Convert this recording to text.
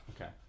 okay